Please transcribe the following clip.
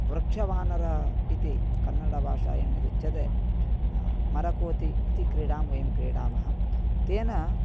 वृक्षवानरः इति कन्नडभाषायां यदुच्यते मरकोति इति क्रीडां वयं क्रीडामः तेन